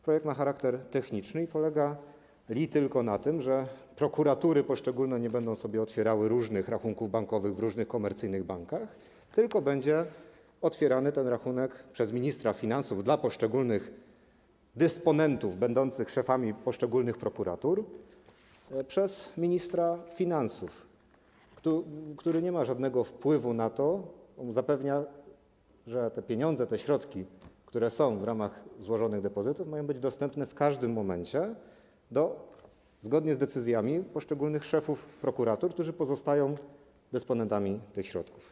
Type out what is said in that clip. Projekt ma charakter techniczny i polega li tylko na tym, że prokuratury poszczególne nie będą sobie otwierały różnych rachunków bankowych w różnych komercyjnych bankach, tylko będzie otwierany ten rachunek przez ministra finansów dla poszczególnych dysponentów będących szefami poszczególnych prokuratur - przez ministra finansów, który nie ma żadnego wpływu na to i zapewnia, że te pieniądze, te środki, które są w ramach złożonych depozytów, mają być dostępne w każdym momencie zgodnie z decyzjami poszczególnych szefów prokuratur, którzy pozostają dysponentami tych środków.